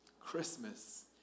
Christmas